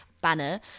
banner